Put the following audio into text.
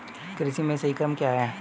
कृषि में सही क्रम क्या है?